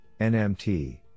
NMT